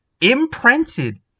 imprinted